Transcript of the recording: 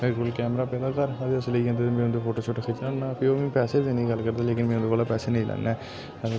मेरे कोल कैमरा पेदा घर अस लेई जंदे ते में उंदे फोटो शोटो खिचना होन्ना ते ओह् मिगी पैसे देने दी गल्ल करदे लेकिन मेरे उंदे कोला पैसे नेईं लैन्ना आ